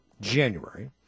January